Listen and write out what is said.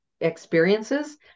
experiences